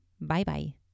Bye-bye